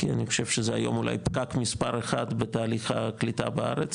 כי אני חושב שזה היום אולי פקק מספר אחד בתהליך הקליטה בארץ,